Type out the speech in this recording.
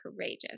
courageous